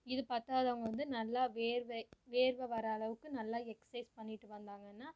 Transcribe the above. இது பத்தாதவங்க வந்து நல்லா வேர்வை வேர்வை வர அளவுக்கு நல்லா எக்ஸைஸ் பண்ணிட்டு வந்தாங்கனா